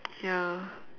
ya